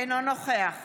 אינו נוכח